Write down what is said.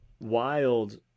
wild